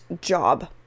job